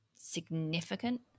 significant